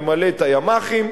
למלא את הימ"חים.